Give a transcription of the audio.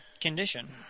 condition